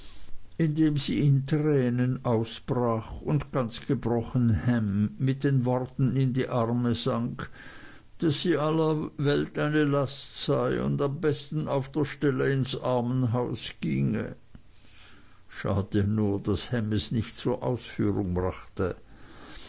indem sie in tränen ausbrach und ganz gebrochen ham mit den worten in die arme sank daß sie aller welt eine last sei und am besten auf der stelle ins armenhaus ginge schade nur daß ham es nicht zur ausführung brachte